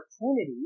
opportunity